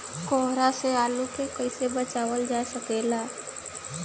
कोहरा से आलू के फसल कईसे बचावल जा सकेला?